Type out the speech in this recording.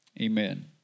Amen